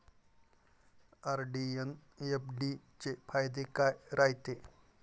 RD अन FD चे फायदे काय रायते?